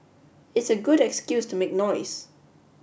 it's a good excuse to make noise